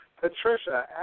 Patricia